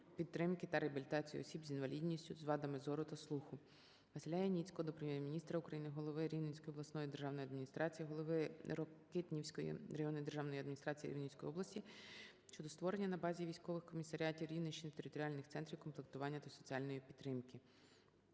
підтримки та реабілітації осіб з інвалідністю з вадами зору та слуху. ВасиляЯніцького до Прем'єр-міністра України, голови Рівненської обласної державної адміністрації, голови Рокитнівської районної державної адміністрації Рівненської області щодо створення на базі військових комісаріатів Рівненщини територіальних центрів комплектування та соціальної підтримки.